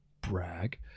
brag